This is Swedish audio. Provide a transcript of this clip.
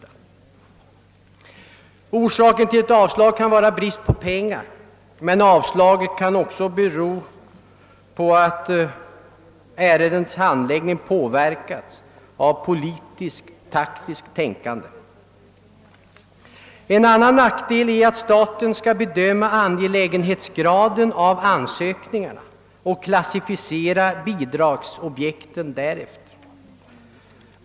Anledningen till ett avslag kan vara brist på pengar men kan också vara att ärendets handläggning påverkats av politiskt taktiskt tänkande. En annan nackdel är att det är staten som skall bedöma angelägenhetsgraden av ansökningarna och klassificera bidragsobjekten därefter.